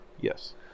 Yes